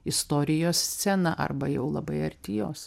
istorijos sceną arba jau labai arti jos